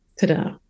ta-da